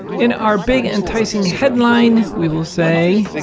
in our big enticing headline we will say